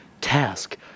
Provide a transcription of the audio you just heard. task